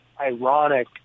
Ironic